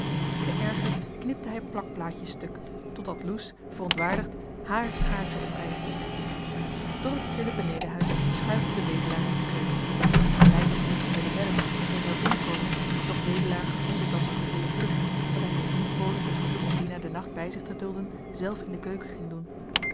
geërgerd knipte hij plakplaatjes stuk totdat loes verontwaardigd hààr schaartje opeischte door het stille benedenhuis schuifelde wedelaar naar de keuken aleid had neeltje willen bellen dat zij zou binnen komen doch wedelaar gevoelde het als een verdeemoediging dat hij zijn dienstbode het verzoek om dina den nacht bij zich te dulden zelf in de keuken ging doen